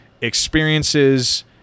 experiences